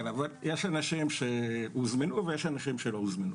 כן, אבל יש אנשים שהוזמנו ויש אנשים שלא הוזמנו.